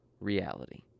reality